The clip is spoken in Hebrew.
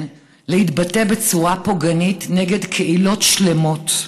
להתבטא בצורה פוגענית נגד קהילות שלמות?